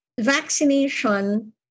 vaccination